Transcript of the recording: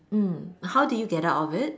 mm how did you get out of it